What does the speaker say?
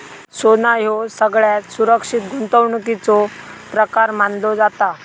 सोना ह्यो सगळ्यात सुरक्षित गुंतवणुकीचो प्रकार मानलो जाता